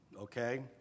Okay